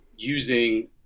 using